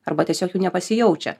arba tiesiog jų nepasijaučia